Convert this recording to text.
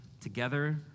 together